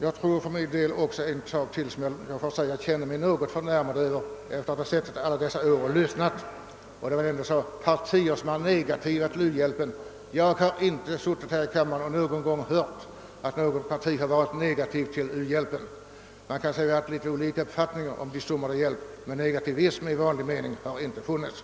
Det har också sagts att vissa partier skulle vara negativa till u-hjälpen. Jag har inte under min tid i kammaren hört att något parti varit negativt till u-hjälpen. Man kan ha haft olika uppfattningar om de summor det gällt men negativism i vanlig mening har inte funnits.